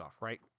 right